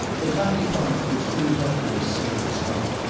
the tiny path which leads up to this sacred spot,